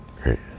great